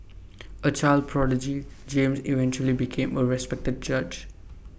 A child prodigy James eventually became A respected judge